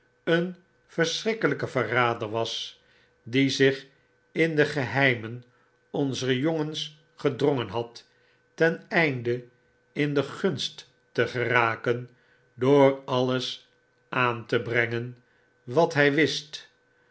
een verschrikkelijke verrader was die zich in de geheimen onzer jongens gedrongen had ten einde in gunst te geraken door alles aan te brengen wat hy wist